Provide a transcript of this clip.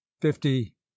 fifty